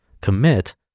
commit